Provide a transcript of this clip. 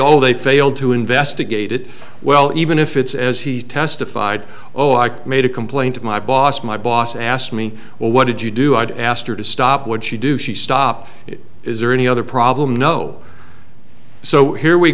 oh they failed to investigate it well even if it's as he's testified oh i made a complaint to my boss my boss asked me well what did you do i'd asked her to stop would she do she stop it is there any other problem no so here we